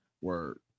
word